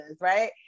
right